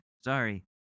sorry